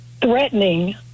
threatening